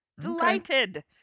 Delighted